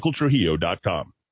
MichaelTrujillo.com